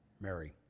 Mary